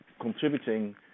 contributing